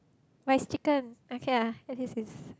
but it's chicken okay ah at least it's